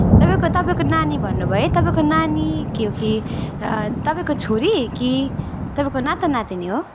तपाईँको तपाईँको नानी भन्नुभयो है तपाईँको नानी के हो कि तपाईँको छोरी कि तपाईँको नाता नातिनी हो